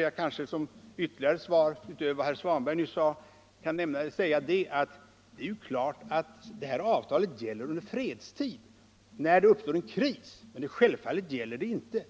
Jag kanske som ytterligare svar utöver vad herr Svanberg nyss sade kan nämna att det är klart att avtalet gäller under fredstid när det uppstår en kris. Självfallet kan det inte